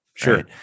Sure